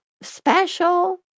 special